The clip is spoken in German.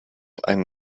ein